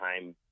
time